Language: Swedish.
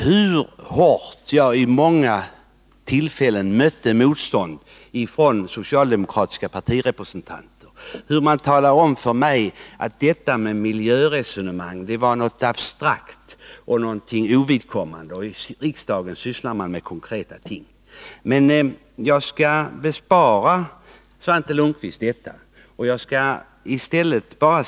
Vid hur många tillfällen mötte jag inte hårt motstånd från socialdemokratiska respresentanter! Man talade om för mig att detta med miljöresonemang var något abstrakt och ovidkommande och att riksdagen skulle syssla med konkreta ting. Men jag skall bespara Svante Lundkvist fler exempel från den tiden.